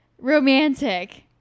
Romantic